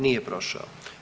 Nije prošao.